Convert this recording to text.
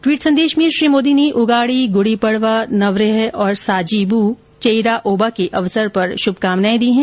tweet संदेश में श्री मोदी ने उगाडी गूडी पड़वा नवरेह और साजीब चेइराओबा के अवसर पर शुभकामनाए दी है